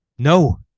No